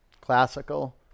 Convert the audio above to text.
classical